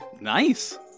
nice